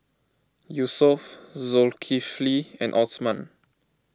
Yusuf Zulkifli and Osman